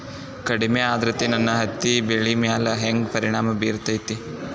ಕಡಮಿ ಆದ್ರತೆ ನನ್ನ ಹತ್ತಿ ಬೆಳಿ ಮ್ಯಾಲ್ ಹೆಂಗ್ ಪರಿಣಾಮ ಬಿರತೇತಿ?